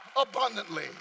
abundantly